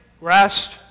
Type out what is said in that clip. rest